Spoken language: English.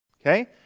Okay